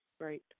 right